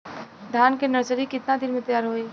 धान के नर्सरी कितना दिन में तैयार होई?